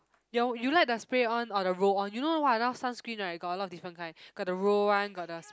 your you like the spray on or the roll on you know what now sunscreen right got a lot of different kind got the roll one got the s~